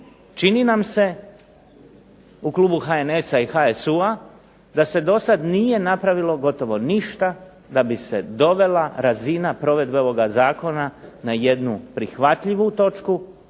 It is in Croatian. čini nam se u klubu HNS-a i HSU-a da se dosad nije napravilo gotovo ništa da bi se dovela razina provedbe ovoga zakona na jednu prihvatljivu točku,